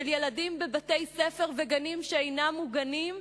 של ילדים בבתי-ספר ובגנים שאינם מוגנים,